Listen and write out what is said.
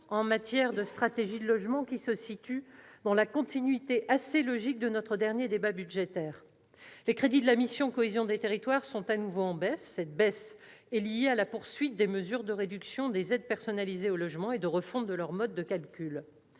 en matière de stratégie de logement, qui se situe dans la continuité assez logique de notre dernier débat budgétaire. Les crédits de la mission « Cohésion des territoires » sont de nouveau en baisse, une diminution liée à la poursuite des mesures de réduction des aides personnalisées au logement et de refonte de leur mode de calcul.